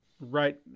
right